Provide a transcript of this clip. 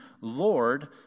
Lord